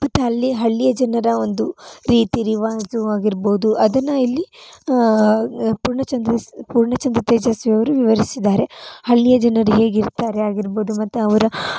ಮತ್ತು ಅಲ್ಲಿ ಹಳ್ಳಿಯ ಜನರ ಒಂದು ರೀತಿ ರಿವಾಜು ಆಗಿರಭೌದು ಅದನ್ನು ಇಲ್ಲಿ ಪೂರ್ಣಚಂದ್ರ ಪೂರ್ಣಚಂದ್ರ ತೇಜಸ್ವಿ ಅವರು ವಿವರಿಸಿದ್ದಾರೆ ಹಳ್ಳಿಯ ಜನರು ಹೇಗಿರ್ತಾರೆ ಆಗಿರಭೌದು ಮತ್ತು ಅವರ